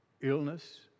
Illness